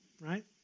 right